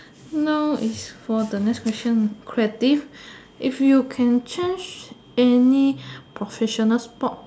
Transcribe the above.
now is for the next question creative if you can change any professional sport